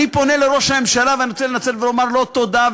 אני פונה לראש הממשלה ואני רוצה לומר לו תודה,